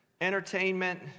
entertainment